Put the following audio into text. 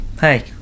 Hey